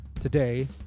Today